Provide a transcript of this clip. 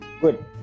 Good